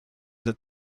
that